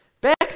Back